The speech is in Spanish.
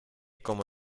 como